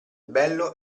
bello